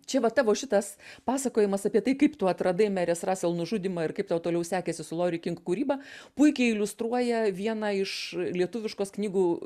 čia va tavo šitas pasakojimas apie tai kaip tu atradai merės rasel nužudymą ir kaip tau toliau sekėsi su lori kink kūryba puikiai iliustruoja vieną iš lietuviškos knygų